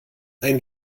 ein